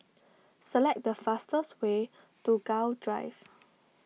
select the fastest way to Gul Drive